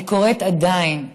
אני עדיין קוראת,